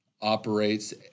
operates